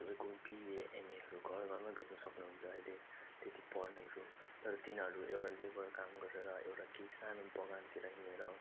तपाईँको बिए एमएहरू घर घरमा भेट्नु सक्नु हुन्छ अहिले त्यति पढ्नेहरू तर तिनीहरू एउटा लेबर काम गरेर एउटा केही सानो बगानतिर हिँडेर